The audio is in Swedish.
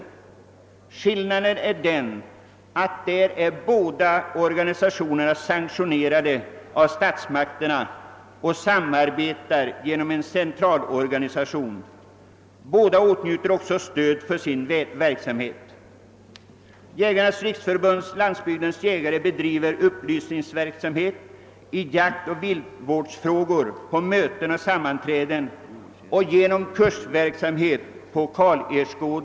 Skillnaden är där emellertid att båda organisationerna är sanktionerade av statsmakterna och samarbetar genom en central organisation. Båda åtnjuter också stöd för sin verksamhet. Jägarnas riksförbund—Landsbygdens jägare bedriver upplysningsverksamhet i jaktoch viltvårdsfrågor på möten och sammanträden och genom kursverksamhet på Karl-Ersgården.